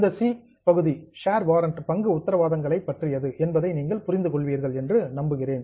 இந்த சி பகுதி share warrants பங்கு உத்தரவாதங்கள் பற்றியது என்பதை நீங்கள் புரிந்து கொள்வீர்கள் என்று நம்புகிறேன்